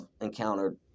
encountered